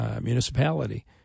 municipality